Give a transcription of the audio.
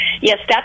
Yes